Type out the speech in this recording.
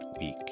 week